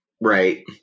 Right